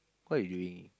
what you doing